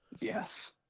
Yes